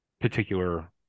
particular